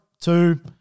two